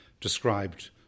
described